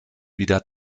wieder